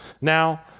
Now